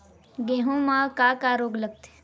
गेहूं म का का रोग लगथे?